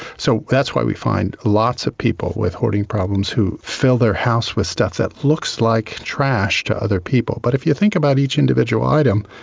so that's why we find lots of people with hoarding problems who fill their house with stuff that looks like trash to other people. but if you think about each individual item,